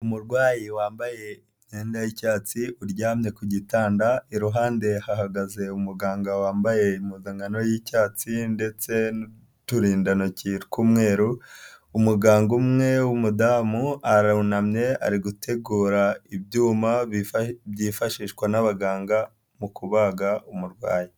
Umurwayi wambaye imyenda y'icyatsi uryamye ku gitanda, iruhande hahagaze umuganga wambaye impuzankano y'icyatsi ndetse n'uturindantoki tw'umweru, umuganga umwe w'umudamu arunamye ari gutegura ibyuma byifashishwa n'abaganga mu kubaga umurwayi.